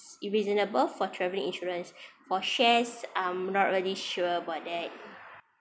reasonable for travelling insurance for shares I'm not really sure about that